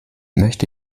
möchte